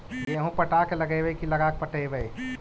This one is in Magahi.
गेहूं पटा के लगइबै की लगा के पटइबै?